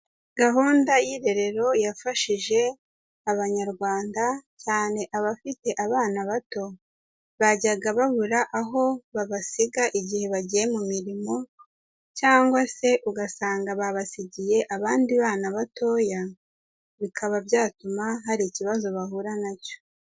Gahunda y'irerero yafashije Abanyarwanda, cyane abafite abana bato, bajyaga babura aho babasiga igihe bagiye mu mirimo, cyangwa se ugasanga babasigiye abandi bana batoya, bikaba byatuma hari ikibazo bahura nacyo.